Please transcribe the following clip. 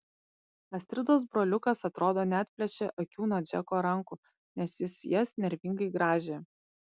astridos broliukas atrodo neatplėšė akių nuo džeko rankų nes jis jas nervingai grąžė